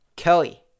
Kelly